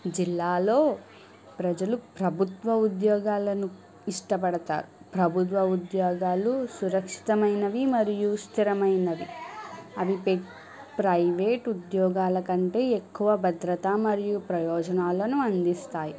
జిల్లాలో ప్రజలు ప్రభుత్వ ఉద్యోగాలను ఇష్టపడతారు ప్రభుత్వ ఉద్యోగాలు సురక్షితమైనవి మరియు స్థిరమైనవి అవి ప్ర ప్రైవేట్ ఉద్యోగాల కంటే ఎక్కువ భద్రతా మరియు ప్రయోజనాలను అందిస్తాయి